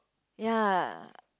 ya